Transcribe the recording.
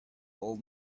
old